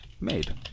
made